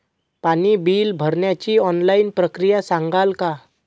पाणी बिल भरण्याची ऑनलाईन प्रक्रिया सांगाल का?